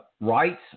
rights